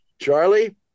Charlie